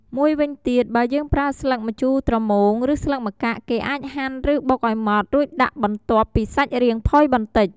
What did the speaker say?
មួយវិញទៀតបើយើងប្រើស្លឹកម្ជូរត្រមូងឬស្លឹកម្កាក់គេអាចហាន់ឬបុកឱ្យម៉ដ្ឋរូចដាក់បន្ទាប់ពីសាច់រាងផុយបន្តិច។